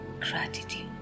gratitude